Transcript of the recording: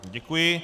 Děkuji.